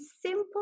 simple